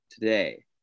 today